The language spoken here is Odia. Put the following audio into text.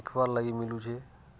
ଦେଖିବାର ଲାଗି ମିଲୁଛି